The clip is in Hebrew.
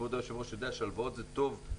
וכבוד היושב-ראש יודע שהלוואות זה טוב,